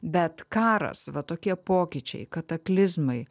bet karas va tokie pokyčiai kataklizmai